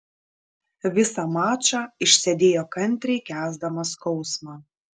visą mačą išsėdėjo kantriai kęsdamas skausmą